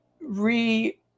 re